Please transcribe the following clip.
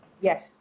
Yes